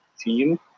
team